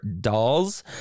dolls